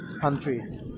country